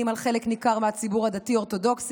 על חלק ניכר מהציבור הדתי-אורתודוקסי,